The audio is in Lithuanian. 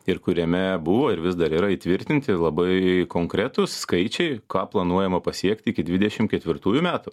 ir kuriame buvo ir vis dar yra įtvirtinti labai konkretūs skaičiai ką planuojama pasiekti iki dvidešim ketvirtųjų metų